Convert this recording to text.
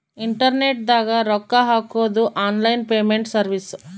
internet ದಾಗ ರೊಕ್ಕ ಹಾಕೊದು ಆನ್ಲೈನ್ ಪೇಮೆಂಟ್ ಸರ್ವಿಸ್